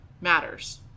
matters